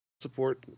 support